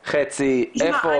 חצי, חלק, איפה.